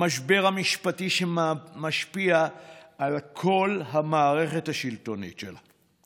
המשבר המשפטי שמשפיע על כל המערכת השלטונית שלה,